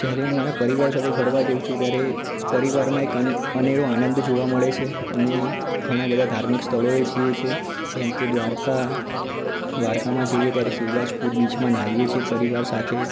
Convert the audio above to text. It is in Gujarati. ક્યારે હું મારા પરિવાર સાથે ફરવા જાઉં છું ત્યારે પરિવારમાં એક અન અનેરો આનંદ જોવા મળે છે અમે ઘણા બધાં ધાર્મિક સ્થળોએ જઈએ છીએ જેમ કે દ્વારકા દ્વારકામાં જઈએ ત્યારે શિવરાજપુર બીચમાં નાહીએ છીએ પરિવાર સાથે